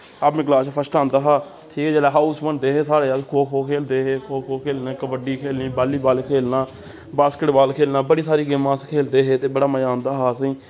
अपनी क्लास च फर्स्ट औंदा हा ठीक ऐ जेल्लै हाउस बनदे हे साढ़े अस खो खो खेलदे हे खो खो खेलनी कबड्डी खेलनी बालीबाल खेलना बास्केटबाल खेलना बड़ी सारी गेमां अस खेलदे हे ते बड़ा मजा औंदा हा असेंई